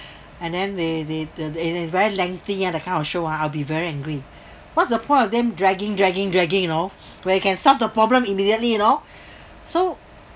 and then they they the it's it's very lengthy ah that kind of show ah I'll be very angry what's the point of them dragging dragging dragging you know where you can solve the problem immediately you know so